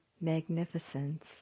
magnificence